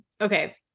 Okay